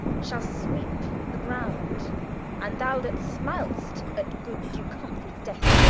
shall sweepe the ground and thou that smil'dst at good duke humfries death,